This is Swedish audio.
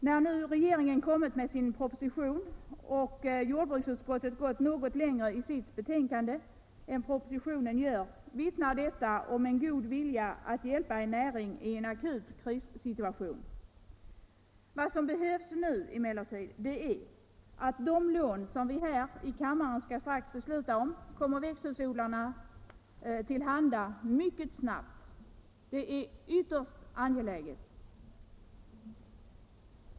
När nu regeringen kommit med sin proposition och jordbruksutskottet gått något längre i sitt betänkande än propositionen gör, vittnar detta om en god vilja att hjälpa en näring i en akut krissituation. Vad som nu behövs är emellertid att de lån som vi här i kammaren strax skall besluta om, kommer växthusodlarna till handa mycket snabbt. Detta är ytterst angeläget.